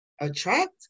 attract